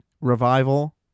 Revival